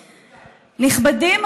נכבדים,